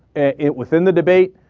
it within the debate